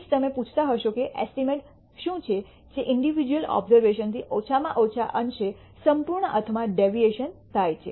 તે જ તમે પૂછતા હશો કે એસ્ટીમેટ શું છે જે ઇંડીવિડ્યૂઅલ ઓબઝર્વેશન્સ થી ઓછામાં ઓછા અંશે સંપૂર્ણ અર્થમાં ડેવિએશન થાય છે